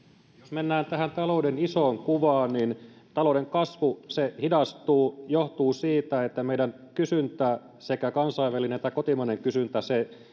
mennään tähän talouden isoon kuvaan niin talouden kasvu se hidastuu se johtuu siitä että meidän kysyntä sekä kansainvälinen että kotimainen kysyntä